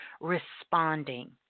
responding